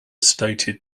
stated